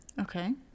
Okay